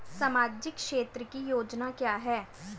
सामाजिक क्षेत्र की योजना क्या है?